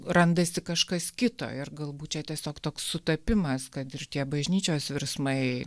randasi kažkas kito ir galbūt čia tiesiog toks sutapimas kad ir tie bažnyčios virsmai